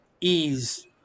ease